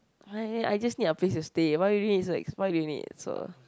I I just need a place to stay one unit is so ex why do you need so